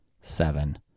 seven